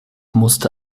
musste